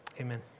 Amen